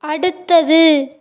அடுத்தது